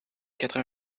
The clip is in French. quatre